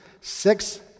six